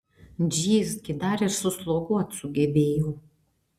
džyz gi dar ir susloguot sugebėjau